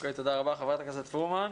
תודה רבה, חברת הכנסת פרומן.